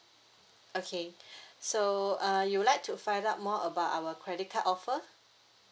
okay so uh you'd like to find out more about our credit card offer